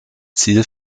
ziel